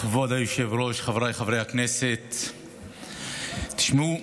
כבוד היושב-ראש, חבריי חברי הכנסת, תשמעו,